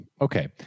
Okay